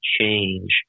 change